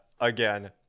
again